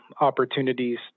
opportunities